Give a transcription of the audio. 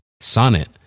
Sonnet